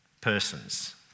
persons